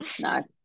no